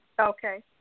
Okay